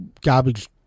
garbage